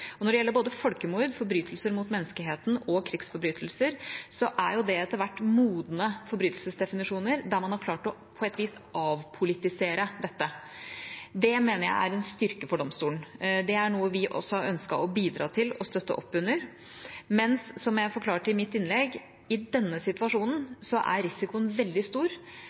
Når det gjelder både folkemord, forbrytelser mot menneskeheten og krigsforbrytelser, er det etter hvert blitt modne forbrytelsesdefinisjoner, der man på et vis har klart å avpolitisere dette. Det mener jeg er en styrke for domstolen. Det er også noe vi har ønsket å bidra til og støtte opp under. Men, som jeg forklarte i mitt innlegg, i denne situasjonen er risikoen veldig stor